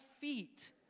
feet